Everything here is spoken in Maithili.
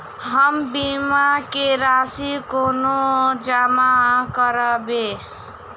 हम बीमा केँ राशि कोना जमा करबै?